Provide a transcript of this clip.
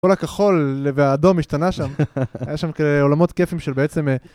כול הכחול והאדום השתנה שם. היה שם כאלה עולמות כיפיים של בעצם...